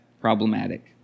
problematic